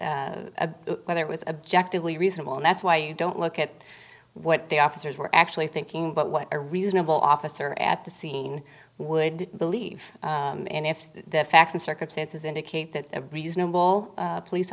is whether it was objective lee reasonable and that's why you don't look at what the officers were actually thinking but what a reasonable officer at the scene would believe and if the facts and circumstances indicate that a reasonable police